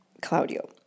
Claudio